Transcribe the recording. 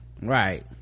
Right